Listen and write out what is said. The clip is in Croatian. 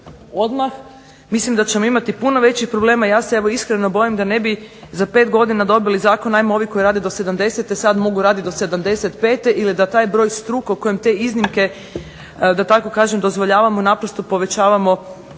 odmah mislim da ćemo imati puno većih problema. Evo ja se iskreno bojim da ne bi za 5 godina dobili zakon ajmo ovi koji rade do 70-te sada mogu raditi do 75. ili taj broj struk o kojem te iznimke da tako kažem dozvoljavamo naprosto povećavamo